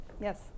Yes